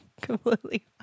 completely